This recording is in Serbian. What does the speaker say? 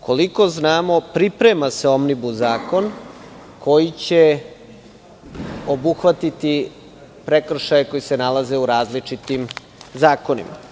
Koliko znamo, priprema se omnibus koji će obuhvatiti prekršaje koji se nalaze u različitim zakonima.